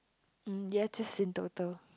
um ya just in total